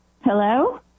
Hello